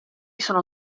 sono